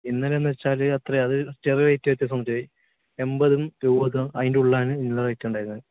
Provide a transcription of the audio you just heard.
ഇന്നലെയെന്നുവെച്ചാൽ അത്രേം അതു ചെറിയ റേറ്റ് വ്യത്യാസമുണ്ടായി എൺപതും എഴുപതും അതിൻ്റെ ഉള്ളിലാണ് ഇന്നലെ റേറ്റുണ്ടായിരുന്നത്